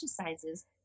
exercises